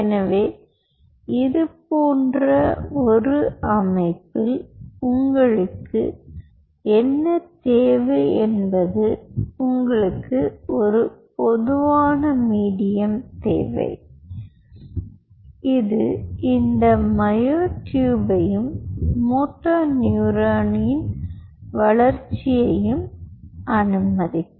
எனவே இதுபோன்ற ஒரு அமைப்பில் உங்களுக்கு என்ன தேவை என்பது உங்களுக்கு ஒரு பொதுவான மீடியம் தேவை இது இந்த மியோடூப்பையும் மோட்டோ நியூரானின் வளர்ச்சியையும் அனுமதிக்கும்